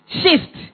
shift